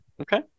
Okay